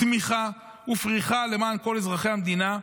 צמיחה ופריחה למען כל אזרחי המדינה,